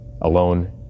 Alone